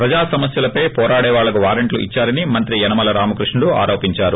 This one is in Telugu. ప్రజాసమస్యలపై వోరాడేవాళ్లకు వారెంట్లు ఇద్చారని మంత్రి యనమల రామకృష్ణుడు ఆరోపించారు